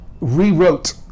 rewrote